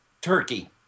turkey